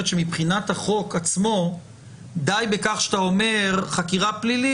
שמבחינת החוק עצמו די בכך שאתה אומר חקירה פלילית,